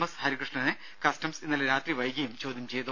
S ഹരികൃഷ്ണനെ customs ഇന്നലെ രാത്രി വൈകിയും ചോദ്യം ചെയ്തു